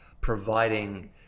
providing